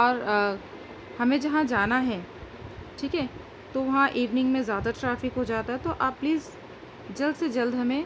اور ہمیں جہاں جانا ہے ٹھیک ہے تو وہاں ایوننگ میں زیادہ ٹرافک ہو جاتا ہے تو آپ پلیز جلد سے جلد ہمیں